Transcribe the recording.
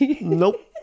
nope